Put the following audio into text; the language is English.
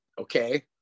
okay